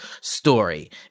story